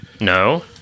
no